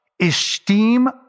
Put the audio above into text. esteem